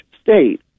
state